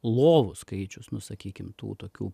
lovų skaičius nu sakykim tų tokių